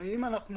הרי אם אנחנו,